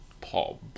Paul